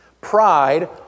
Pride